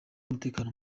umutekano